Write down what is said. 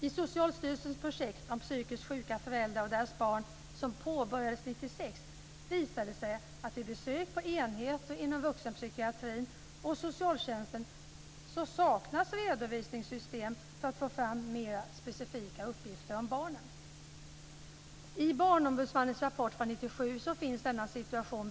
I Socialstyrelsens projekt om psykiskt sjuka föräldrar och deras barn som påbörjades 1996 visade det sig vid besök på enheter inom vuxenpsykiatrin och inom socialtjänsten att det saknas redovisningssystem för att få fram mera specifika uppgifter om barnen. I Barnombudsmannens rapport från 1997 berörs denna situation.